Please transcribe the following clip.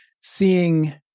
seeing